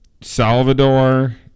Salvador